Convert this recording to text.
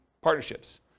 partnerships